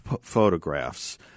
photographs